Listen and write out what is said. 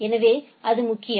எனவே அது முக்கியம்